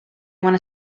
want